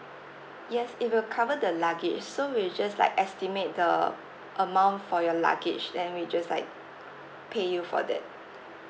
yes it will cover the luggage so we'll just like estimate the amount for your luggage then we just like pay you for that